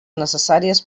necessàries